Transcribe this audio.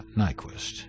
Nyquist